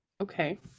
Okay